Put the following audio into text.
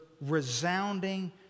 resounding